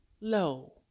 low